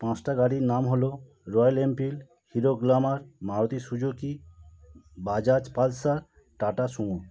পাঁচটা গাড়ির নাম হলো Royal Enfield Hero Glamour Maruti Suzuki Bajaj Pulsar Tata Sumo